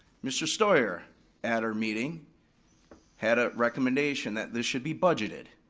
mr. steuer at our meeting had a recommendation that this should be budgeted.